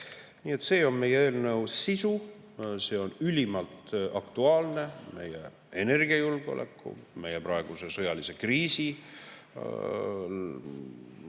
Selline on meie eelnõu sisu. See on ülimalt aktuaalne meie energiajulgeoleku, meie praeguse sõjalise kriisi